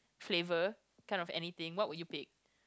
flavour kind of anything what would you pick